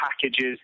packages